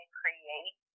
create